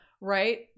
Right